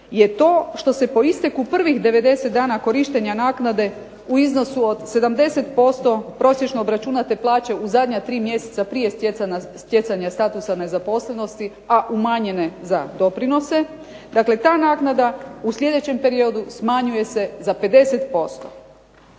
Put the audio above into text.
je to što se po isteku prvih 90 dana korištenja naknade u iznosu od 70% prosječno obračunate plaće u zadnja 3 mjeseca prije stjecanja statusa nezaposlenosti, a umanjenje za doprinose, dakle ta naknada u sljedećem periodu smanjuje se za 50%.